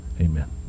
Amen